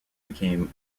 became